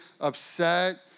upset